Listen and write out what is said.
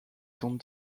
tente